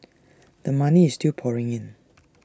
the money is still pouring in